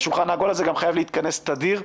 והשולחן העגול הזה גם חייב להתכנס תדיר.